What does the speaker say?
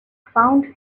found